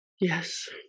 Yes